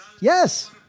Yes